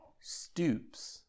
stoops